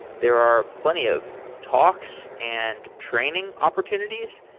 there are plenty of talks and training opportunities,